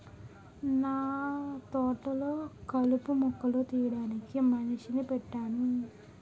నాతోటలొ కలుపు మొక్కలు తీయడానికి మనిషిని పెట్టేను